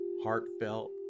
heartfelt